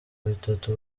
bitatu